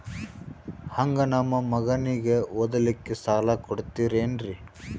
ಹಂಗ ನಮ್ಮ ಮಗನಿಗೆ ಓದಲಿಕ್ಕೆ ಸಾಲ ಕೊಡ್ತಿರೇನ್ರಿ?